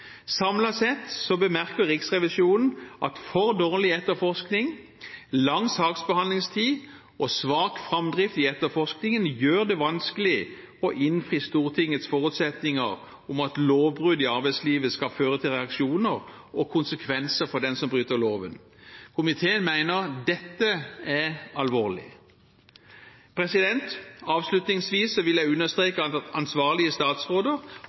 sett bemerker Riksrevisjonen at for dårlig etterforskning, lang saksbehandlingstid og svak framdrift i etterforskningen gjør det vanskelig å innfri Stortingets forutsetninger om at lovbrudd i arbeidslivet skal føre til reaksjoner og konsekvenser for den som bryter loven. Komiteen mener dette er alvorlig. Avslutningsvis vil jeg understreke at ansvarlige statsråder